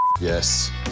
Yes